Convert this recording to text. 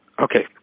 Okay